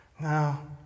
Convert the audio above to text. Now